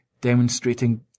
demonstrating